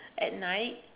at night